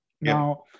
Now